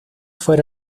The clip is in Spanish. fuera